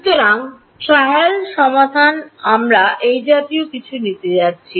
সুতরাং ট্রায়াল সমাধান আমরা এই জাতীয় কিছু নিতে যাচ্ছি